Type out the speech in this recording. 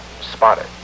spotted